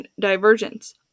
Divergence